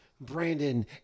Brandon